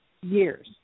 years